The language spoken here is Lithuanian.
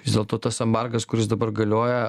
vis dėlto tas embargas kuris dabar galioja